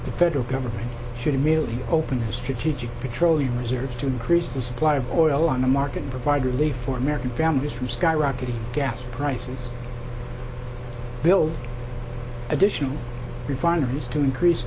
the federal government should immediately open the strategic petroleum reserve to increase the supply of oil on the market provide relief for american families from skyrocketing gas prices build additional refineries to increase